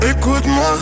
Écoute-moi